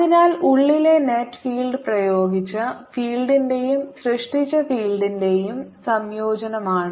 അതിനാൽ ഉള്ളിലെ net field പ്രയോഗിച്ച ഫീൽഡിന്റെയും സൃഷ്ടിച്ച ഫീൽഡിന്റെയും സംയോജനമാണ്